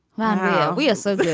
well, we are so yeah